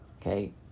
Okay